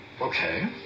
Okay